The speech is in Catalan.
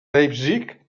leipzig